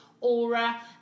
aura